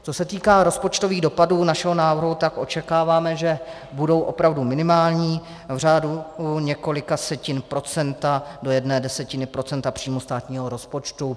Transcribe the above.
Co se týká rozpočtových dopadů našeho návrhu, tak očekáváme, že budou opravdu minimální, v řádu několika setin procenta do jedné desetiny procenta příjmů státního rozpočtu.